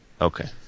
Okay